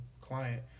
client